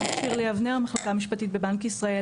שירלי אבנר, המחלקה המשפטית בבנק ישראל.